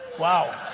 Wow